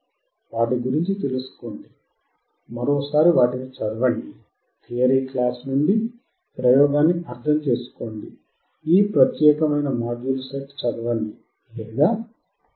వాటి గురించి తెలుసుకోండి మరోసారి వాటిని చదవండి థియరీ క్లాస్ నుండి ప్రయోగాన్ని అర్థం చేసుకోండి ఈ ప్రత్యేకమైన మాడ్యూల్ సెట్ చదవండి లేదా చూడండి